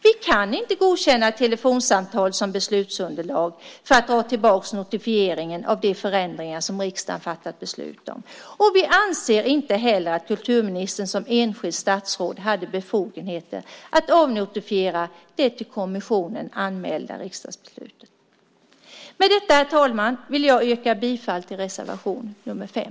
Vi kan inte godkänna telefonsamtal som beslutsunderlag för att ta tillbaka notifieringen av de förändringar som riksdagen har fattat beslut om. Vi anser inte heller att kulturministern som enskilt statsråd hade befogenhet att avnotifiera det till kommissionen anmälda riksdagsbeslutet. Med detta, herr talman, vill jag yrka på godkännande av anmälan i reservation 5.